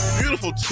beautiful